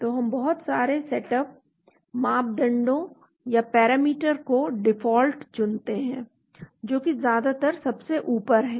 तो हम बहुत सारे सेटअप मापदंडों या पैरामीटर को डिफॉल्ट चुनते हैं जो कि ज्यादातर सबसे ऊपर हैं